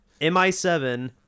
mi7